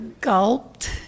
gulped